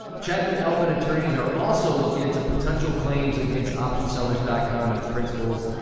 chapmanalbin attorneys are also looking into potential claims against optionsellers dot com and its principals,